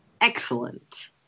Excellent